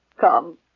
Come